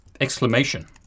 exclamation